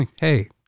hey